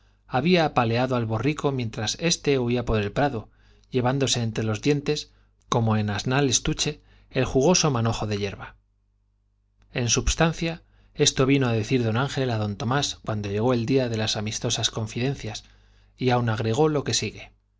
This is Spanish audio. había apaleado al borrico mientras pitosas venganzas los dientes éste huía por el prado llevándose entre como en asnal estuche el jugoso manojo de hierba á en substancia esto vino á decir d angel d tomás cuando llegó el día de las amistosas confi dencias y aun agregó lo que sigue